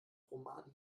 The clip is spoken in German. romani